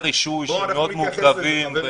רישוי מאוד מורכבים.